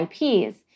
IPs